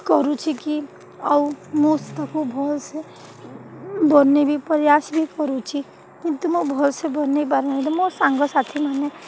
କରୁଛି କି ଆଉ ମୁଁ ସେ ତାକୁ ଭଲସେ ବନାଇ ବି ପ୍ରୟାସ ବି କରୁଛି କିନ୍ତୁ ମୋ ଭଲସେ ବନାଇ ପାରୁନାହିଁ ତ ମୋ ସାଙ୍ଗସାଥିମାନେ